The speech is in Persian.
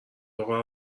اقا